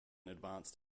advanced